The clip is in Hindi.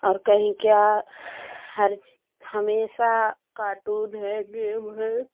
और कहीं क्या हर हमेशा कार्टून है गेम है